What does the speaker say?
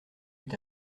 eut